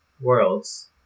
worlds